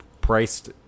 priced